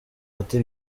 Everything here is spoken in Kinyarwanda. ati